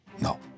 No